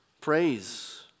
Praise